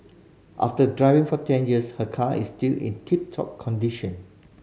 after driving for ten years her car is still in tip top condition